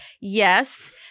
Yes